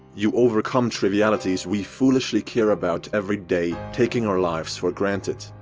you overcome trivialities we foolishly care about every day taking our lives for granted.